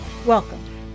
Welcome